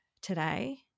today